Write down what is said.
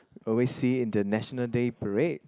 always see it in the National Day Parade